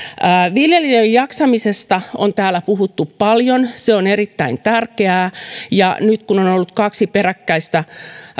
viljelijöiden jaksamisesta on täällä puhuttu paljon se on erittäin tärkeää nyt kun on on ollut kaksi peräkkäistä